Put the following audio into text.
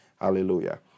Hallelujah